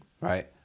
right